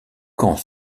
camps